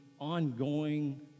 ongoing